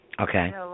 Okay